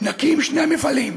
נקים שני מפעלים: